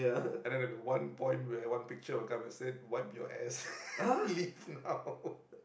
and then at one point where one picture will come and say wipe your ass leave now